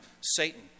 Satan